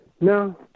no